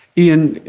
ian,